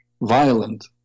violent